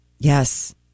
Yes